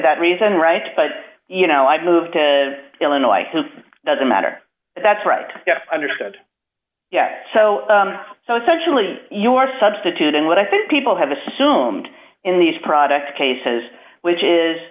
that reason right but you know i moved to illinois doesn't matter that's right yes understood yes so so essentially your substitute and what i think people have assumed in these products cases which is